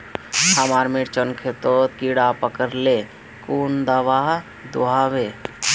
हमार मिर्चन खेतोत कीड़ा पकरिले कुन दाबा दुआहोबे?